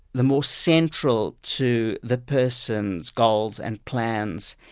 the more central to the person's goals and plans,